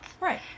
Right